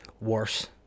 worse